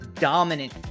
dominant